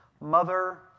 Mother